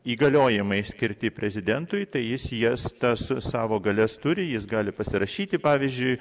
įgaliojimai skirti prezidentui tai jis jas tas savo galias turi jis gali pasirašyti pavyzdžiui